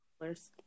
colors